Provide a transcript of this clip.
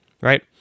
right